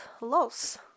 loss